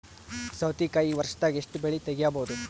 ಸೌತಿಕಾಯಿ ವರ್ಷದಾಗ್ ಎಷ್ಟ್ ಬೆಳೆ ತೆಗೆಯಬಹುದು?